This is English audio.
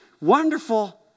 wonderful